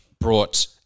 brought